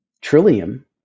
Trillium